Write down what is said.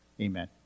Amen